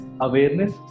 awareness